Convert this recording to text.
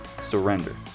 surrender